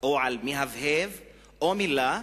או על מהבהב או מלה,